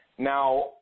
Now